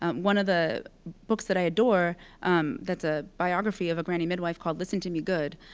um one of the books that i adore that's a biography of a granny midwife, called listen to me good,